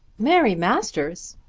mary masters!